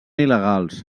il·legals